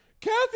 Kathy